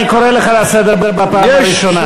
אני קורא אותך לסדר בפעם הראשונה.